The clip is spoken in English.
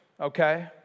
okay